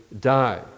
die